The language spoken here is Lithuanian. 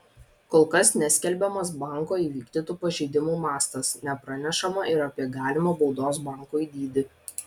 kol kas neskelbiamas banko įvykdytų pažeidimų mastas nepranešama ir apie galimą baudos bankui dydį